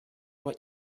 what